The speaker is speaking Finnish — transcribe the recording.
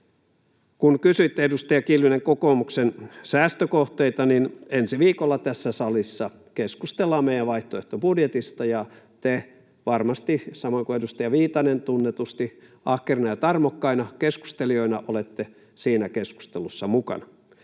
Kun kysyitte, edustaja Kiljunen, kokoomuksen säästökohteita, niin ensi viikolla tässä salissa keskustellaan meidän vaihtoehtobudjetista, ja te varmasti, samoin kuin edustaja Viitanen, tunnetusti ahkerina ja tarmokkaina keskustelijoina olette siinä keskustelussa mukana.